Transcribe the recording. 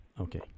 Okay